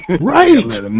Right